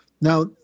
Now